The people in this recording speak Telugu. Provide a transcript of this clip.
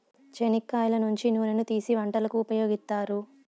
చెనిక్కాయల నుంచి నూనెను తీసీ వంటలకు ఉపయోగిత్తారు